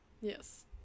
Yes